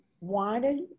wanted